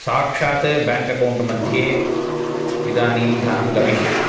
साक्षात् bank account मध्ये इदानीं धनं गमिष्यति